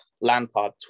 Lampard